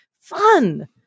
Fun